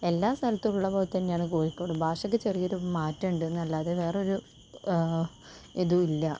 എല്ലാ സ്ഥലത്തുള്ള പോലെത്തന്നെയാണ് കോഴിക്കോടും ഭാഷയ്ക്കു ചെറിയൊരു മാറ്റമുണ്ടെന്നല്ലാതെ വേറൊരു ഇതുമില്ല